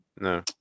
no